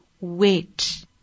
Wait